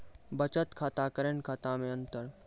बचत खाता करेंट खाता मे अंतर?